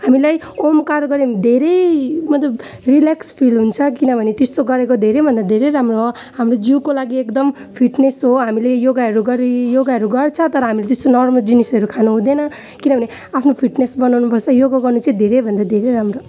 हामीलाई ओमकार गर्यो भने धेरै मतलब रिल्याक्स फिल हुन्छ किनभने त्यस्तो गरेको धेरैभन्दा धेरै राम्रो हो हाम्रो जिउको लागि एकदम फिटनेस हो हामीले योगाहरू गरे योगाहरू गर्छ तर हामी त्यस्तो नराम्रो जिनिसहरू खान हुँदैन किनभने आफ्नो फिटनेस बनाउनुपर्छ योगा गर्नु चाहिँ धेरैभन्दा धेरै राम्रो